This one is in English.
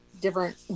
different